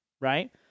right